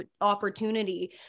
opportunity